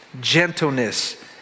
gentleness